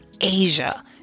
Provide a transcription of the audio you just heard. Asia